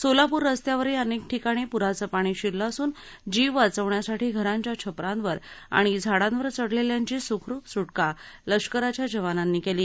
सोलापूर रस्त्यावरही अनेक ठिकाणी प्राचं पाणी शिरलं असून जीव वाचवण्यासाठी घरांच्या छपरावर आणि झाडांवर चढलेल्यांची स्खरुप स्टका लष्कराच्या जवानांनी केली